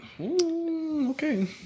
okay